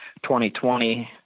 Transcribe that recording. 2020